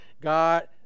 God